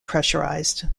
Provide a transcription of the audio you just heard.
pressurized